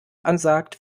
ansagt